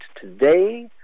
today